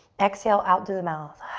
exhale out through the mouth.